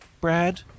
Brad